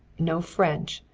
no french,